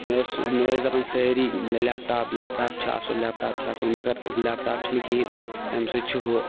مےٚ ٲسۍ سُہ مےٚ ٲسۍ دَپَان سٲری لٮ۪پٹاپ لٮ۪پٹاپ چھِ اَصٕل لٮ۪پٹاپ چھِ اَصٕل مگر لٮ۪پٹاپ چھِنہٕ کِہیٖنۍ اَمہِ اَمہِ سۭتۍ چھِ ہُہ